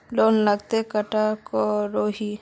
Loan कतला टाका करोही?